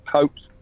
Hopes